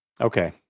Okay